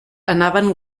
anaven